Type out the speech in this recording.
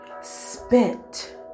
spent